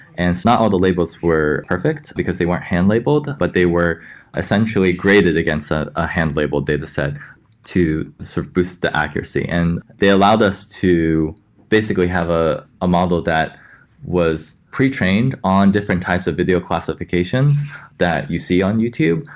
and it's not all the labels were perfect, because they weren't hand labeled, but they were essentially graded against a ah hand labelled dataset to sort of boost the accuracy and they allowed us to basically have ah a model that was pre-trained on different types of video classifications that you see on youtube,